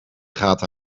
gaten